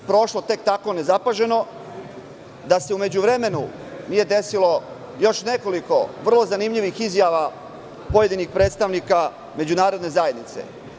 Ne bi ovo prošlo tek tako nezapaženo da se u međuvremenu nije desilo još nekoliko vrlo zanimljivih izjava pojedinih predstavnika međunarodne zajednice.